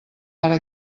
ara